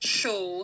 show